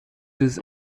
des